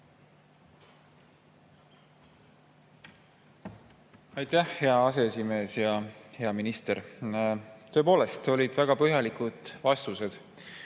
Aitäh, hea aseesimees! Hea minister! Tõepoolest olid väga põhjalikud vastused.